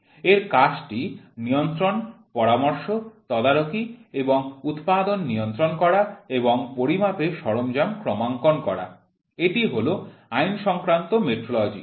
এর কাজটি নিয়ন্ত্রন পরামর্শ তদারকি এবং উৎপাদন নিয়ন্ত্রণ করা এবং পরিমাপের সরঞ্জাম ক্রমাঙ্কন করা এটি হল আইনসংক্রান্ত মেট্রোলজি